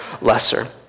lesser